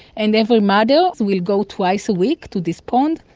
and every mother will go twice a week to this pond,